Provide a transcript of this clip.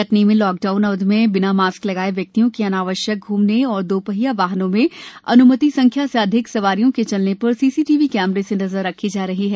कटनी में लॉकडाउन अवधि में बिना मास्क लगाये व्यक्तियों के अनावश्यक घ्मने और दो पहिया वाहनों में अन्मति संख्या से अधिक सवारियों के चलने पर सीसी टीवी कैमरे से नजर रखी जा रही है